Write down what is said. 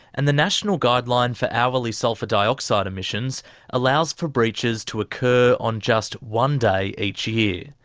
and the national guideline for hourly sulphur dioxide emissions allows for breaches to occur on just one day each year.